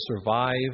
survive